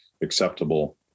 acceptable